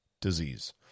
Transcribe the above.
disease